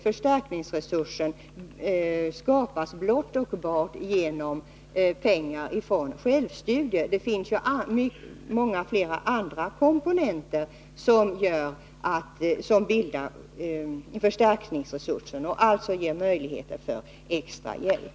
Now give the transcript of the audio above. Förstärkningsresursen skapas inte blott och bart genom pengar i form av självstudier. Det finns också flera andra komponenter som bildar förstärkningsresurser och alltså ger möjligheter till extra hjälp.